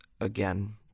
again